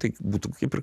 tai būtų kaip ir